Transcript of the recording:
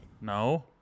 No